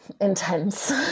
intense